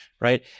right